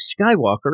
Skywalker